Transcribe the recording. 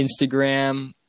instagram